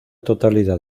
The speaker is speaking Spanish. totalidad